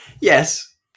Yes